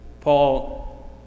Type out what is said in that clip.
Paul